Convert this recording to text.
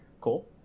Cool